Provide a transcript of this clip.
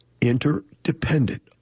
interdependent